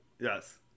Yes